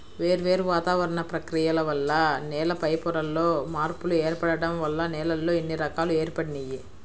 వేర్వేరు వాతావరణ ప్రక్రియల వల్ల నేల పైపొరల్లో మార్పులు ఏర్పడటం వల్ల నేలల్లో ఇన్ని రకాలు ఏర్పడినియ్యి